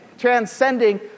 transcending